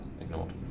ignored